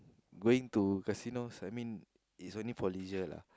going to casino I mean it's only for leisure lah